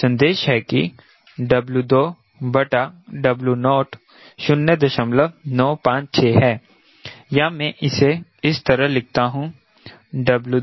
संदेश है कि W2W0 0956 है या मैं इसे इस तरह लिखता हूं